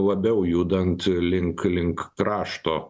labiau judant link link krašto